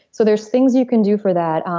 so there's things you can do for that.